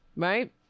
Right